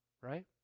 right